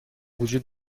وجود